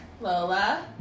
Lola